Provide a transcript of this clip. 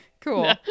cool